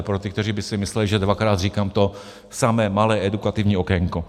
Pro ty, kteří by si mysleli, že dvakrát říkám to samé, malé edukativní okénko.